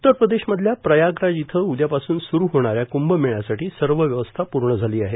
उत्तर प्रदेशमधल्या प्रयागराज इथं उदयापासून सुरु होणाऱ्या कुंभमेळ्यासाठी सर्व व्यवस्था पूर्ण झाली आहे